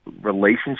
relationship